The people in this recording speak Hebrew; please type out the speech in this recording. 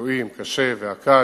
הפצועים קשה וקל,